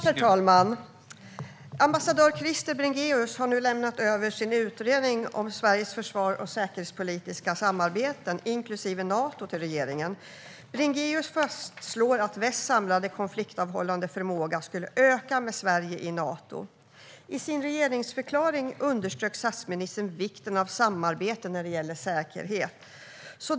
Herr talman! Ambassadör Krister Bringéus har nu lämnat över sin utredning om Sveriges försvar och säkerhetspolitiska samarbeten, inklusive Nato, till regeringen. Bringéus fastslår att västs samlade konfliktavhållande förmåga skulle öka med Sverige i Nato. I sin regeringsförklaring underströk statsministern vikten av samarbete när det gäller säkerhet.